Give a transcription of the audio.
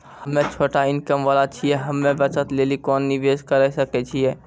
हम्मय छोटा इनकम वाला छियै, हम्मय बचत लेली कोंन निवेश करें सकय छियै?